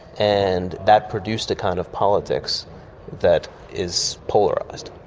and that produced a kind of politics that is polarised.